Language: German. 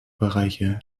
bereiche